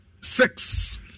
six